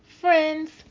friends